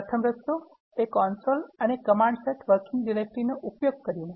પ્રથમ રસ્તો એ કન્સોલ અને કમાન્ડ સેટ વર્કિંગ ડિરેક્ટરી નો ઉપયોગ કરીને